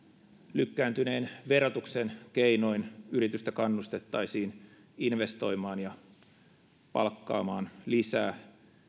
lykkääntyneen verotuksen keinoin yritystä kannustettaisiin investoimaan ja palkkaamaan lisää